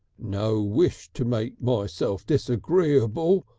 no wish to make myself disagreeable,